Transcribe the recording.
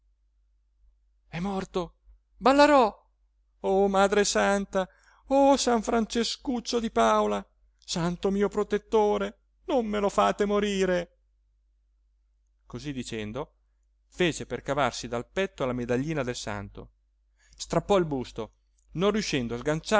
è morto ballarò oh madre santa oh san francescuccio di paola santo mio protettore non me lo fate morire così dicendo fece per cavarsi dal petto la medaglina del santo strappò il busto non riuscendo a